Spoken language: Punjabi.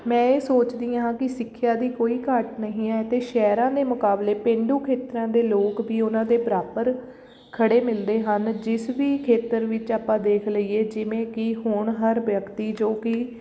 ਮੈਂ ਇਹ ਸੋਚਦੀ ਹਾਂ ਕਿ ਸਿੱਖਿਆ ਦੀ ਕੋਈ ਘਾਟ ਨਹੀਂ ਹੈ ਅਤੇ ਸ਼ਹਿਰਾਂ ਦੇ ਮੁਕਾਬਲੇ ਪੇਂਡੂ ਖੇਤਰਾਂ ਦੇ ਲੋਕ ਵੀ ਉਹਨਾਂ ਦੇ ਬਰਾਬਰ ਖੜ੍ਹੇ ਮਿਲਦੇ ਹਨ ਜਿਸ ਵੀ ਖੇਤਰ ਵਿੱਚ ਆਪਾਂ ਦੇਖ ਲਈਏ ਜਿਵੇਂ ਕਿ ਹੁਣ ਹਰ ਵਿਅਕਤੀ ਜੋ ਕਿ